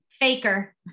Faker